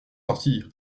sortir